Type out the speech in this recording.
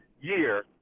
year